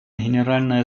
генеральной